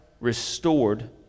restored